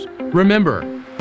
Remember